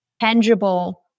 tangible